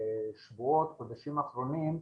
שבשבועות, חודשים אחרונים,